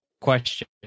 question